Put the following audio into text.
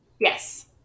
Yes